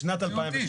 בשנת 2018,